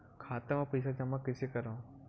खाता म पईसा जमा कइसे करव?